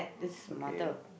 okay